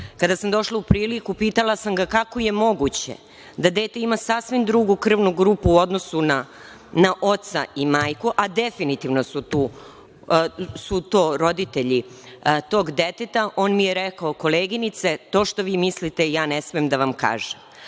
kada sam došla u priliku sam pitala kako je moguće da dete ima sasvim drugu krvnu grupu u odnosu na oca i majka, a definitivno su oni roditelji tog deteta, on mi je rekao – koleginice, to što vi mislite, ja ne smem da vam kažem. Samo